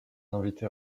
invités